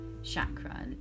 Chakra